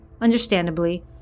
Understandably